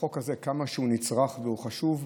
שהחוק הזה, כמה שהוא נצרך והוא חשוב,